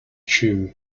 chew